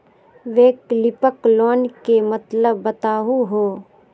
वैकल्पिक लोन के मतलब बताहु हो?